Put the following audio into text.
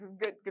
good